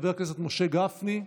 חבר הכנסת משה גפני,